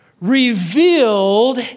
revealed